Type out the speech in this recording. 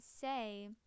say